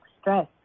stress